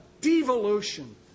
devolution